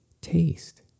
taste